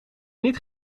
niet